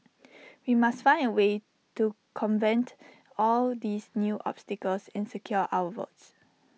we must find A way to convent all these new obstacles and secure our votes